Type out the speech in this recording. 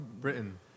Britain